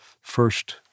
first